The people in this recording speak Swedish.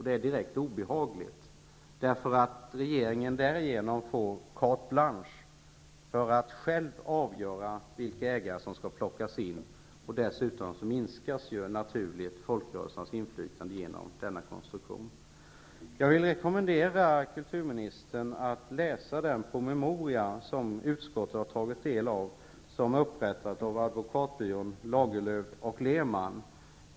Det är direkt obehagligt. Därigenom får regering carte blanche för att själv avgöra vilka ägare som skall plockas in. Dessutom minskas naturligtvis folkrörelsernas inflytande genom denna konstruktion. Jag vill rekommendera kulturministern att läsa en promemoria som utskottet har tagit del av upprättad av Advokatbyrå Lagerlöf & Leman.